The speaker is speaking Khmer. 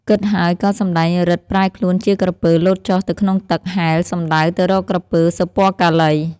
គិតហើយក៏សំដែងឫទ្ធិប្រែខ្លួនជាក្រពើលោតចុះទៅក្នុងទឹក ហែល សំដៅទៅរកក្រពើ សុពណ៌កាឡី។